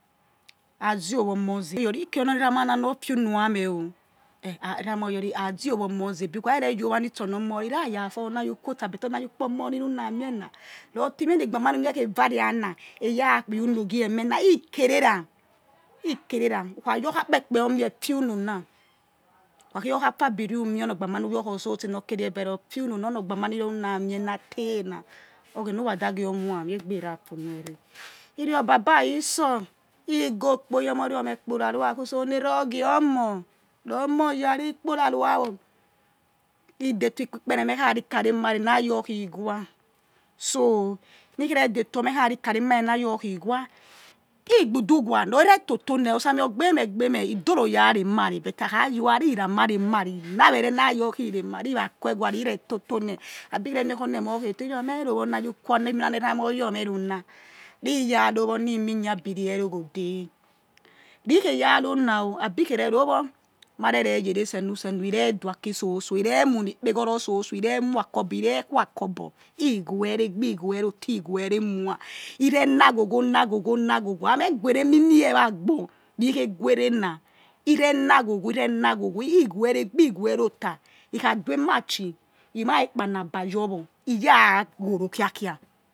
Ha ze owa̱ omoh ze̱ ebe who̱ kha̱ re̱ yo̱ owa nitse or no̱ omoh ra̱ he ra̱ ra̱ for ni ayi ukotsa but oni ha yi̱ kpo moh ni ru na me̱ eh na̱ ro̱ ti me or eni igboma nu mie khe va̱ ri ana̱ na̱ ra̱ kpe̱ uno̱ gie̱ meh na he̱ kere̱ra̱ he ke re ra who̱ kha-your akpepe umie he fi uno na na who kha khe your khi otsose nor kere vare ra ru fi uno na or ni ogboma ni ror ru na mi na̱ te na oghena who ra da gi or wami egbe ra funuere he̱ ri or baba itsor he̱ gokpo iyomah or me kporua khi utso ni erah ogie ono ri omo ya re he̱ kpora ruawor he̱ detor he̱ kuwi kpere me̱h kha rika remare na you khi wa so ni khe re detor me kha rika remare na yor khi wa igbudu wa ri ri to to ne otsa mi or gbe me gbe me idoro rare mare but ha̱ kha your owa raw hera ma remare he̱ na we̱ re̱ na your khi re mare he na were he ra ane wa ri re to̱ to̱ no̱ abi re̱ mie̱ oni emor me ro oni ayikwo oni eni na ne eramah yor me ro̱ nah ri ya̱ ro wo ni mi yabiri eroghode ri khe ya ro na o̱ abi re ro wo ma re re ye re seno seno he̱ re̱ du̱ aki so so̱ he̱ re̱ whonik peghoro so so he̱ re̱ who̱ ha̱ kobo he ghe ere gbia he gwe erota he gwe erewha he̱ re na gho gho na gho gho ha̱ meh guere emi mie vha agbor ri khe guere na he re na gho gho na gho gho ha̱ me guere emi mie vha agbo ri khe guere na gho gho he̱ ghe ere egbia he ghe ere̱ ota ikha due̱ ema tehi he̱ mai kpanagba yor wor he̱ ya̱ ghoro khi khi